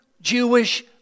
Jewish